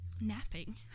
Napping